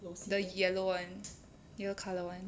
the yellow [one] yellow colour [one]